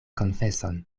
konfeson